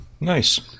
nice